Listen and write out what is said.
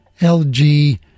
LG